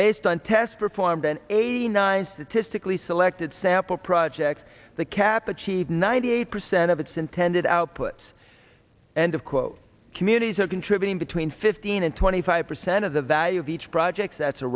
based on tests performed and eighty nine statistically selected sample projects the capital ninety eight percent of its intended outputs end of quote communities are contributing between fifteen and twenty five percent of the value of each project that's a